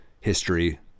history